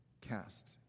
cast